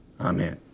Amen